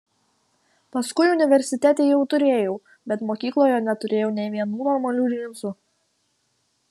paskui universitete jau turėjau bet mokykloje neturėjau nė vienų normalių džinsų